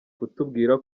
kutubwira